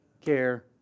care